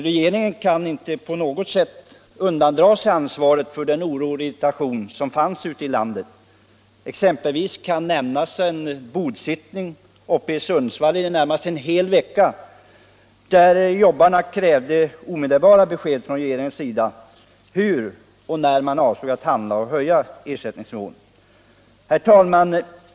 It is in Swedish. Regeringen kan inte på något sätt undandra sig ansvaret för den oro och irritation som fanns ute i landet. Jag kan exempelvis nämna en bodsittning i Sundsvall under i det närmaste en hel vecka, där arbetarna krävde omedelbara besked från regeringens sida hur och när man avsåg att höja ersättningsnivån. Herr talman!